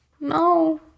no